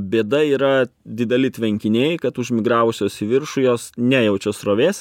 bėda yra dideli tvenkiniai kad už migravusios į viršų jos nejaučia srovės